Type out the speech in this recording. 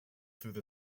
through